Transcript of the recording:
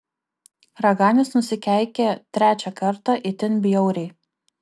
raganius nusikeikė trečią kartą itin bjauriai